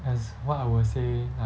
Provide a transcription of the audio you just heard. as what I will say like